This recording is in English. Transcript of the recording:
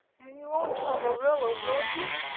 and you won't tell marilla, will you?